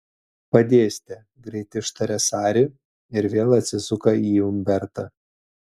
padėsite greit ištaria sari ir vėl atsisuka į umbertą